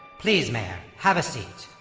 please, mayor, have a seat.